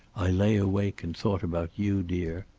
i lay awake and thought about you, dear.